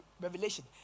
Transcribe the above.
revelation